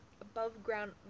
above-ground